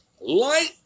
Light